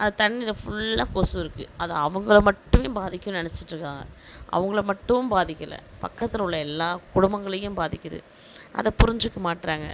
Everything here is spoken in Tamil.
அத்தண்ணீரில் ஃபுல்லாக கொசு இருக்குது அதை அவங்கள மட்டுமே பாதிக்குன்னு நினச்சிட்ருக்காங்க அவங்கள மட்டும் பாதிக்கலை பக்கத்தில் உள்ள எல்லா குடும்பங்களையும் பாதிக்குது அதைப் புரிஞ்சுக்க மாட்றாங்க